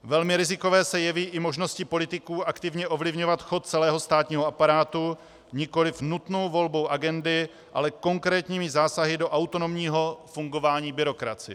Velmi rizikové se jeví i možnosti politiků aktivně ovlivňovat chod celého státního aparátu nikoliv nutnou volbou agendy, ale konkrétními zásahy do autonomního fungování byrokracie.